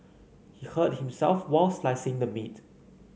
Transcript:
he hurt himself while slicing the meat